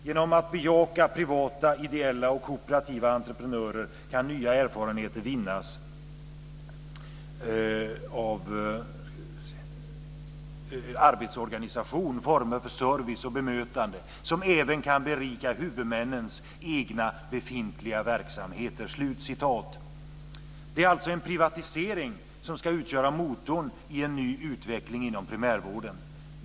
Genom att bejaka privata, ideella och kooperativa entreprenörer kan nya erfarenheter vinnas av arbetsorganisation, former för service och bemötande som även kan berika huvudmännens egna befintliga verksamheter." Det är alltså en privatisering som ska utgöra motorn i en ny utveckling inom primärvården.